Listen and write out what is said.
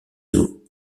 sous